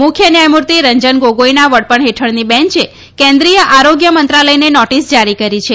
મુખ્ય ન્યાયમૂર્તિ રં ન ગામાઇના વડા ણ હેઠળની બેન્ચે કેન્દ્રિય આરાજ્ય મંત્રાલયને નાદીસ જારી કરી છે